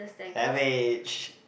savage